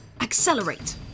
accelerate